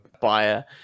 buyer